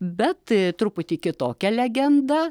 bet truputį kitokia legenda